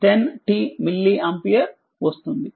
75e 10t milliampere వస్తుంది